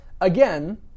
again